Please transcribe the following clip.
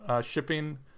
shipping